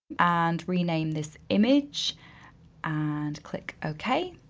and rename this image and click ok.